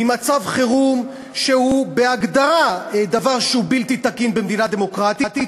ממצב חירום שהוא בהגדרה דבר שהוא בלתי תקין במדינה דמוקרטית,